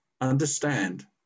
understand